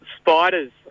Spiders